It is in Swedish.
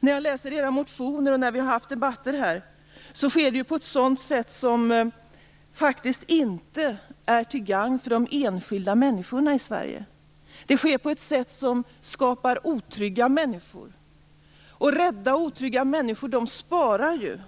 Enligt förslagen i era motioner och i debatter här vill ni att det skall ske på ett sätt som faktiskt inte är till gagn för de enskilda människorna i Sverige, nämligen på ett sätt som skapar otrygga människor. Rädda och otrygga människor sparar,